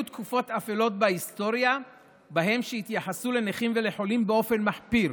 היו תקופות אפלות בהיסטוריה שהתייחסו בהן לנכים ולחולים באופן מחפיר.